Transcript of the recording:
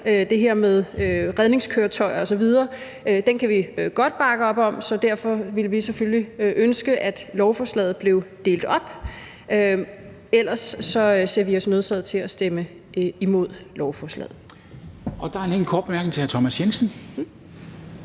det her med redningskøretøjer osv. Den kan vi godt bakke op om, så derfor ville vi selvfølgelige ønske, at lovforslaget blev delt op. Ellers ser vi os nødsaget til at stemme imod lovforslaget.